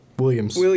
Williams